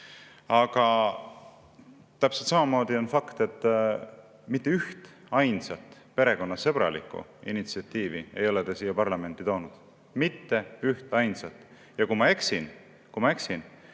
Aga täpselt samamoodi on fakt, et mitte ühtainsat perekonnasõbralikku initsiatiivi ei ole te siia parlamenti toonud. Mitte ühtainsat! Kui ma eksin, siis ma väga